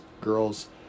girls